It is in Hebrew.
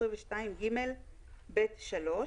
בסעיף 22ג(ב)(3).